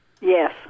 Yes